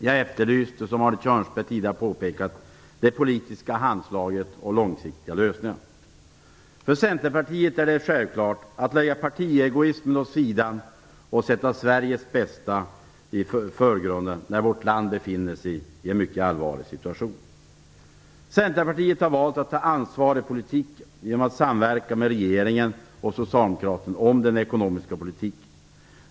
Jag efterlyste, som Arne Kjörnsberg tidigare påpekat, det politiska handslaget och långsiktiga lösningar. För Centerpartiet är det självklart att lägga partiegoismen åt sidan och sätta Sveriges bästa i förgrunden när vårt land befinner sig i en mycket allvarlig situation. Centerpartiet har valt att ta ansvar i politiken genom att samverka med regeringen och Socialdemokraterna om den ekonomiska politiken.